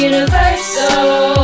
Universal